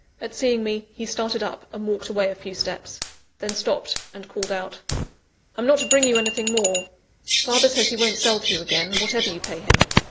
at seeing me, he started up, and walked away a few steps then stopped, and called out i'm not to bring you anything more father says he won't sell to you again, whatever you pay him.